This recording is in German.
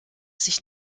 sich